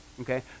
okay